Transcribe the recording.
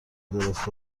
درست